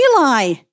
Eli